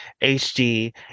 HD